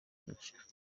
n’igice